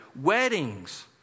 Weddings